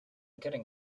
getting